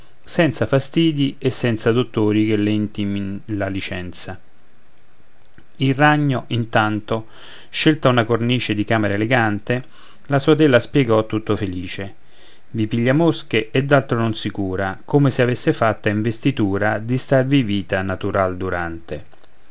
senza fastidi e senza dottori che le intimin la licenza il ragno intanto scelta una cornice di camera elegante la sua tela spiegò tutto felice i piglia mosche e d'altro non si cura come se avesse fatta investitura di starvi vita natural durante